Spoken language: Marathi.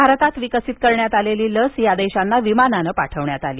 भारतात विकसित करण्यात आलेली लस या देशांना विमानानं पाठवण्यात आली